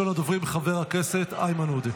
ראשון הדוברים, חבר הכנסת איימן עודה.